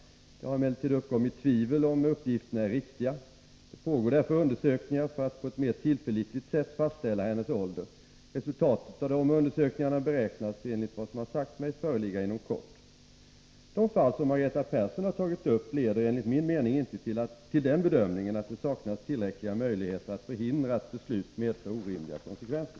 Det har emellertid uppkommit tvivel om huruvida uppgifterna är riktiga. Det pågår därför undersökningar för att på ett mera tillförlitligt sätt fastställa hennes ålder. Resultatet av dessa undersökningar beräknas, enligt vad som har sagts mig, föreligga inom kort. De fall som Margareta Persson har tagit upp leder enligt min mening inte till den bedömningen att det saknas tillräckliga möjligheter att förhindra att beslut medför orimliga konsekvenser.